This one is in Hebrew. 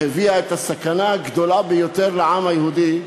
שהביאה את הסכנה הגדולה ביותר לעם היהודי,